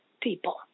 people